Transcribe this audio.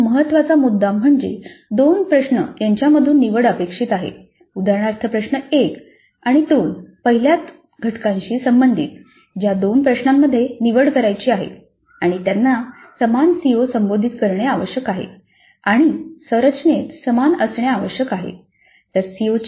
परंतु महत्त्वाचा मुद्दा म्हणजे दोन प्रश्न यांच्यामधून निवड अपेक्षित आहे उदाहरणार्थ प्रश्न 1 आणि 2 पहिल्या घटकाशी संबंधित ज्या दोन प्रश्नांमध्ये निवड करायची आहे त्यांनी समान सिओ संबोधित करणे आवश्यक आहे आणि संरचनेत समान असणे आवश्यक आहे